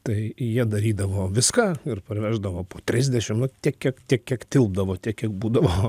tai jie darydavo viską ir parveždavo po trisdešimt nu tiek kiek tiek kiek tilpdavo tiek kiek būdavo